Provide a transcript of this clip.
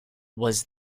was